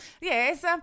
Yes